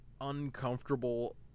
uncomfortable